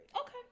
Okay